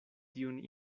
tiun